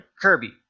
Kirby